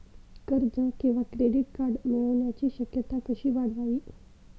कर्ज किंवा credit card मिळण्याची शक्यता कशी वाढवावी?